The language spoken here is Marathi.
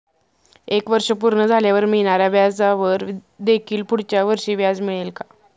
एक वर्ष पूर्ण झाल्यावर मिळणाऱ्या व्याजावर देखील पुढच्या वर्षी व्याज मिळेल का?